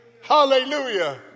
Hallelujah